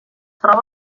troba